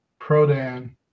Prodan